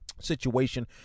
situation